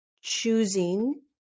choosing